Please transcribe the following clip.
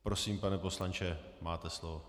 Prosím, pane poslanče, máte slovo.